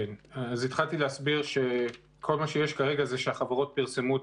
התחלתי להסביר שכל מה שיש כרגע זה שהחברות פרסמו את